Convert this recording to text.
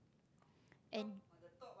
and